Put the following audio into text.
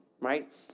Right